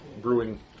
brewing